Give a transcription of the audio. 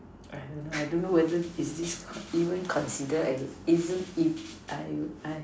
I don't know I don't know whether is this even considered even if I